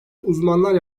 uzmanlar